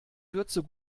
würze